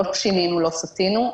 לא שינינו, לא סטינו.